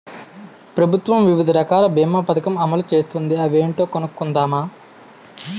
ప్రభుత్వం వివిధ రకాల బీమా పదకం అమలు చేస్తోంది అవేంటో కనుక్కుందామా?